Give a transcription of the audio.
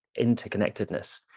interconnectedness